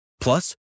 Plus